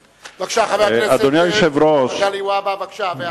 בבקשה, חבר הכנסת מגלי והבה.